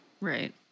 Right